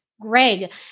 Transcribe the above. Greg